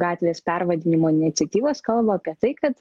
gatvės pervadinimo iniciatyvos kalba apie tai kad